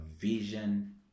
vision